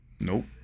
Nope